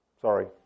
Sorry